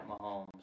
Mahomes